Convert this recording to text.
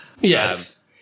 Yes